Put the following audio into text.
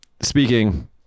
speaking